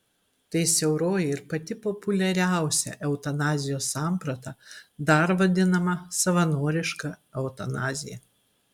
tai siauroji ir pati populiariausia eutanazijos samprata dar vadinama savanoriška eutanazija